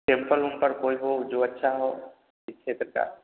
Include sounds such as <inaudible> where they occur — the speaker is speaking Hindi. टेंपल उमपल कोई हो जो अच्छा हो <unintelligible> का